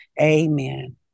Amen